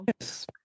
Yes